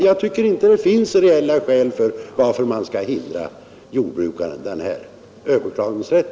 Jag tycker inte att det finns reella skäl att förvägra jordbrukarna denna överklagningsrätt.